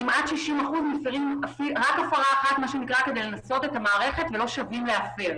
כמעט 60% מפרים רק הפרה אחת כדי לנסות את המערכת ולא שבים להפר.